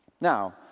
Now